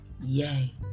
Yay